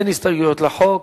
אין הסתייגויות לחוק